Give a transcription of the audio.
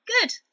Good